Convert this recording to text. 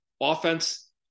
Offense